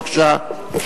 בבקשה.